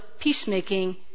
peacemaking